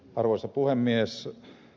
arvoisa puhemies